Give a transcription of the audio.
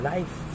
Life